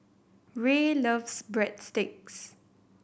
Rae loves Breadsticks